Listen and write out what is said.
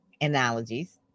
analogies